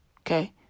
okay